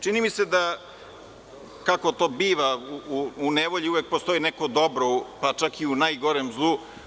Čini mi se da, kako to biva u nevolji, uvek postoji neko dobro, pa čak i u najgorem zlu.